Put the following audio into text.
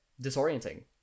disorienting